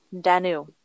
Danu